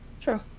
True